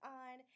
on